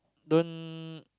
don't